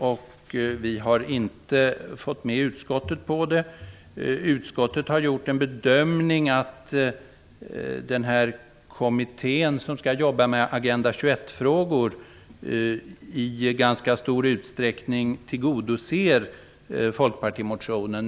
Men vi har inte fått med oss utskottet, som har gjort bedömningen att den kommitté som skall jobba med Agenda 21-frågor i ganska stor utsträckning tillgodoser folkpartimotionen.